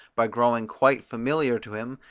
by growing quite familiar to him,